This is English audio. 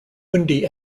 windy